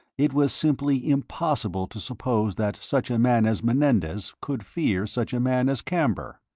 it was simply impossible to suppose that such a man as menendez could fear such a man as camber.